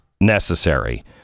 necessary